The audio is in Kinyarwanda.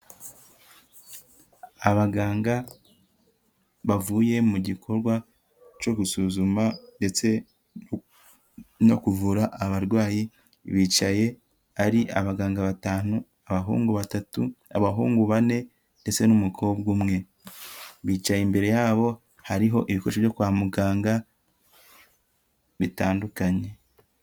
Abaganga bavuye mu gikorwa cyo gusuzuma ndetse no kuvura abarwayi bicaye ari abaganga batanu, abahungu batatu, abahungu bane, ndetse n'umukobwa umwe. Bicaye imbere yabo hariho ibikoresho byo kwa muganga bitandukanye.